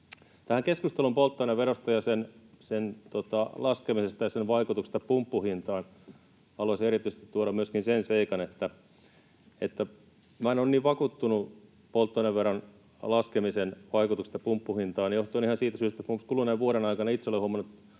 Tähän keskusteluun polttoaineverosta ja sen laskemisesta ja sen vaikutuksista pumppuhintaan haluaisin erityisesti tuoda myöskin sen seikan, että minä en ole niin vakuuttunut polttoaineveron laskemisen vaikutuksesta pumppuhintaan johtuen ihan siitä syystä, että esimerkiksi kuluneen vuoden aikana itse olen huomannut